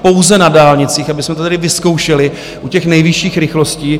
Pouze na dálnicích, abychom to tady vyzkoušeli u těch nejvyšších rychlostí.